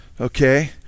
Okay